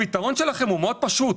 הפתרון שלכם הוא מאוד פשוט.